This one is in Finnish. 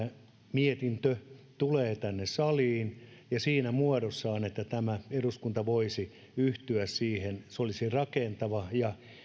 mietintö tulee tänne saliin ja siinä muodossaan että tämä eduskunta voisi yhtyä siihen se olisi rakentava ja